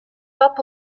top